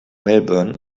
melbourne